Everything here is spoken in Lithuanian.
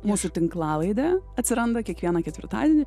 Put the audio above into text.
mūsų tinklalaidė atsiranda kiekvieną ketvirtadienį